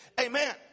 amen